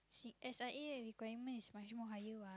S_I_A the requirement is much more higher [what]